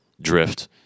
drift